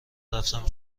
رفتم